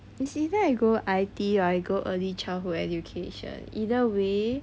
it's either I go I_T or I go early childhood education either way